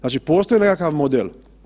Znači postoji nekakav model.